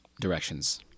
directions